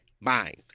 mind